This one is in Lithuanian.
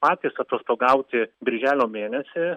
patys atostogauti birželio mėnesį